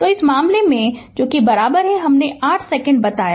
तो इस मामले में हमने 8 सेकंड बताया